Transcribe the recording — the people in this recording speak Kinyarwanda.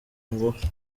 ngufu